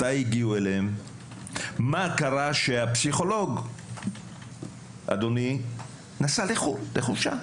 וכן, מה קרה שהפסיכולוג נסע לחופשה בחו"ל